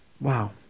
wow